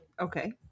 Okay